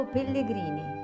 Pellegrini